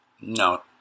No